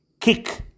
kick